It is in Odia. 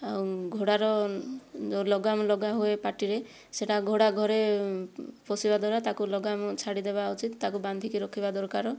ଆଉ ଘୋଡ଼ାର ଯେଉଁ ଲଗାମ ଲଗାହୁଏ ପାଟିରେ ସେଇଟା ଘୋଡ଼ା ଘରେ ପୋଷିବା ଦ୍ୱାରା ତାକୁ ଲଗାମ ଛାଡ଼ି ଦେବା ଉଚିତ୍ ତାକୁ ବାନ୍ଧିକି ରଖିବା ଦରକାର